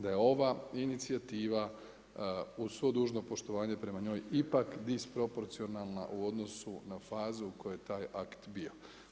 Da je ova inicijativa, uz svo dužno poslovanje prema njoj, ipak disproporcionalna u odnosu na fazu u kojoj je taj akt bio.